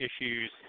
issues